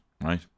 Right